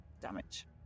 damage